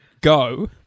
Go